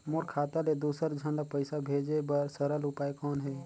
मोर खाता ले दुसर झन ल पईसा भेजे बर सरल उपाय कौन हे?